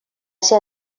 ser